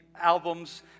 albums